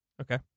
Okay